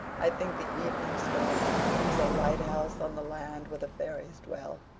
i think the evening star is a lighthouse on the land where the fairies dwell